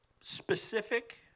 specific